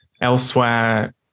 elsewhere